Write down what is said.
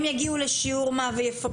אם הם יגיעו לשיעור ויפקחו,